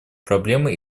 проблемы